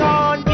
on